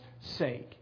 sake